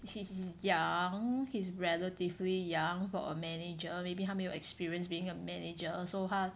he's young he's relatively young for a manager maybe 他没有 experience being a manager also 他